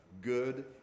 good